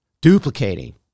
duplicating